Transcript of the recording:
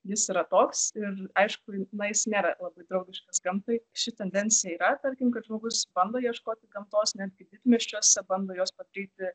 jis yra toks ir aišku na jis nėra labai draugiškas gamtai ši tendencija yra tarkim kad žmogus bando ieškoti gamtos netgi didmiesčiuose bando juos padaryti